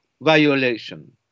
violation